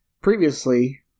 previously